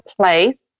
place